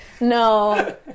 No